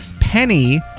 Penny